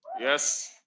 Yes